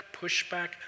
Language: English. pushback